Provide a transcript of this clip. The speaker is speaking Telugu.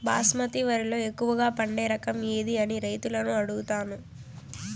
బాస్మతి వరిలో ఎక్కువగా పండే రకం ఏది అని రైతులను అడుగుతాను?